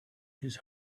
his